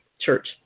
church